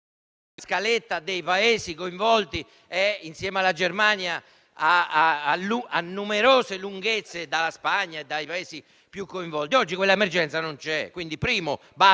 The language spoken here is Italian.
la sanità ha bisogno di provvedimenti di sistema anche alla luce dell'emergenza che c'è stata.